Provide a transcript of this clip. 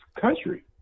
country